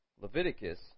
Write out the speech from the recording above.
Leviticus